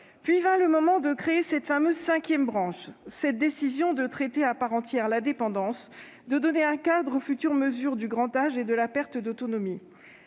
Puis vint le moment de créer cette fameuse « cinquième branche », cette décision de traiter à part entière la dépendance, de donner un cadre aux futures mesures du grand âge et de la perte d'autonomie.